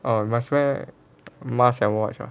oh must wear masks and watch ah